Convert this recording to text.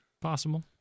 possible